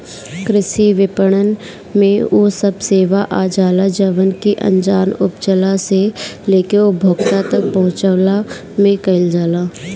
कृषि विपणन में उ सब सेवा आजाला जवन की अनाज उपजला से लेके उपभोक्ता तक पहुंचवला में कईल जाला